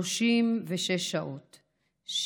36 שעות,